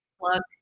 Look